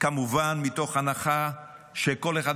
כמובן מתוך הנחה שכל אחד,